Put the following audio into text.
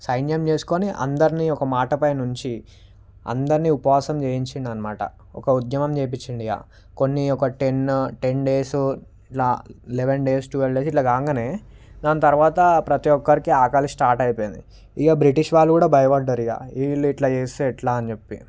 సైన్యం చేసుకొని అందర్నీ ఒక మాట పైనుంచి అందరిని ఉపవాసం చేయించిండ్ అనమాట ఒక ఉద్యమం చేపించిండ్ ఇక కొన్ని ఒక టెన్ టెన్ డేస్ లా లెవెన్ డేస్ టువాల్ డేస్ ఇట్ల కాగానే దాని తర్వాత ప్రతి ఒక్కరికి ఆకలి స్టార్ట్ అయిపోయింది ఇక బ్రిటిష్ వాళ్ళు కూడా భయపడ్డరు ఇక వీళ్ళు ఇట్ల చేస్తే ఎట్ల అని చెప్పి